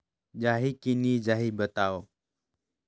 जाही की नइ जाही बताव?